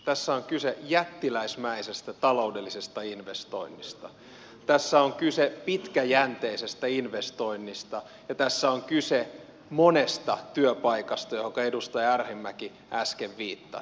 tässä on kyse jättiläismäisestä taloudellisesta investoinnista tässä on kyse pitkäjänteisestä investoinnista ja tässä on kyse monesta työpaikasta mihin edustaja arhinmäki äsken viittasi